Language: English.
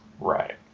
Right